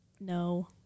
No